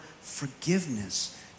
forgiveness